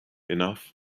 enough